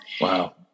Wow